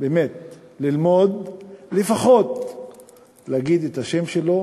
באמת ללמוד לפחות להגיד את השם שלו